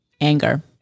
anger